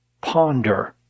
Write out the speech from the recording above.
ponder